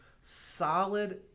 solid